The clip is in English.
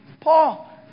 Paul